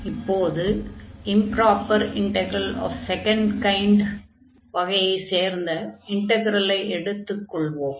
இப்போது improper integral of second kind வகையைச் சேர்ந்த இன்டக்ரலை எடுத்துக் கொள்வோம்